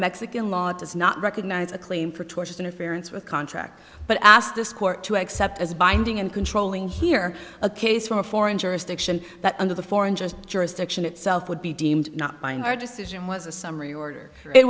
mexican law does not recognize a claim for tortious interference with contract but asked this court to accept as binding and controlling here a case from a foreign jurisdiction that under the foreign just jurisdiction itself would be deemed not buying our decision was a summary order it